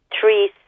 three